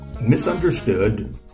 misunderstood